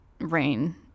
rain